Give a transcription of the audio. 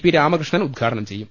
P Ramakrishnan ഉദ്ഘാടനം ചെയ്യും